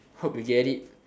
hope you get it